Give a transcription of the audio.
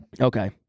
okay